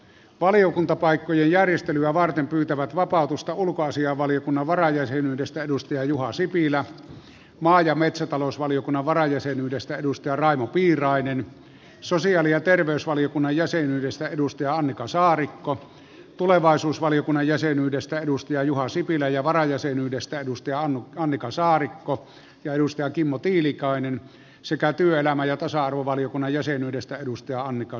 valiokuntapaikkojen järjestelyä varten pyytävät vapautusta ulkoasiainvaliokunnan varajäsenyydestä juha sipilä maa ja metsätalousvaliokunnan varajäsenyydestä raimo piirainen sosiaali ja terveysvaliokunnan jäsenyydestä annika saarikko tulevaisuusvaliokunnan jäsenyydestä juha sipilä ja varajäsenyydestä annika saarikko ja kimmo tiilikainen sekä työelämä ja tasa arvovaliokunnan jäsenyydestä annika saarikko